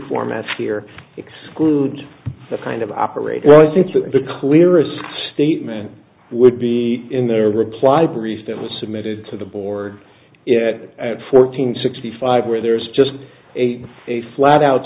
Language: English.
formats here exclude the kind of operator i think the clearest statement would be in their reply brief that was submitted to the board at fourteen sixty five where there is just a a flat out